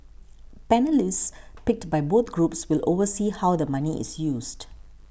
panellists picked by both groups will oversee how the money is used